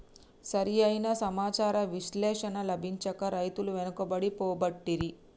సరి అయిన సమాచార విశ్లేషణ లభించక రైతులు వెనుకబడి పోబట్టిరి